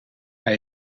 hij